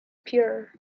pure